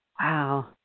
Wow